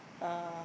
uh